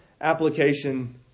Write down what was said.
application